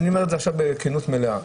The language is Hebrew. אני אומר בכנות מלאה: